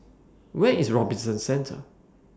Where IS Robinson Centre